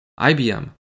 IBM